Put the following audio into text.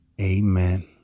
Amen